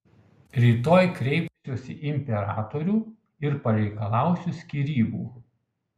rytoj kreipsiuosi į imperatorių ir pareikalausiu skyrybų